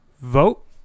Vote